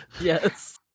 Yes